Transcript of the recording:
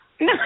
No